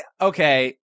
Okay